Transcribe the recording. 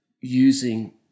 using